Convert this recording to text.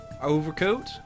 overcoat